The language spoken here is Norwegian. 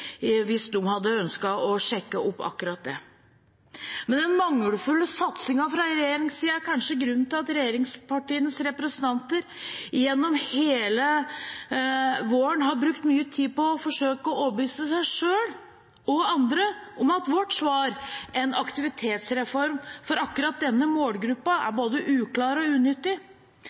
hvis de hadde ønsket å sjekke akkurat det. Den mangelfulle satsingen fra regjeringens side er kanskje grunnen til at regjeringspartienes representanter gjennom hele våren har brukt mye tid på å forsøke å overbevise seg selv og andre om at vårt svar, en aktivitetsreform for akkurat denne målgruppen, er både uklar og unyttig.